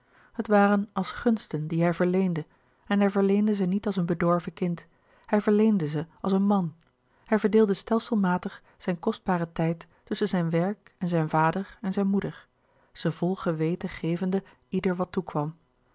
het waren als gunsten die hij verleende en hij verleende ze niet als een bedorven kind hij verleende ze als een man hij verdeelde stelselmatig zijn kostbaren tijd tusschen zijn werk en zijn vader en zijn moeder ze vol geweten gevende ieder wat toekwam